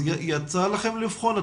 האם יצא לכם לבחון אותה?